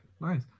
nice